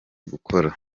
gukora